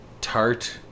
tart